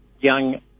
young